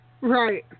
Right